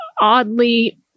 oddly